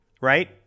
right